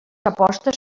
apostes